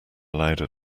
louder